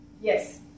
yes